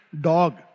dog